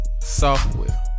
software